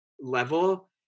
level